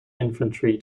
infantry